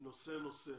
נושא נושא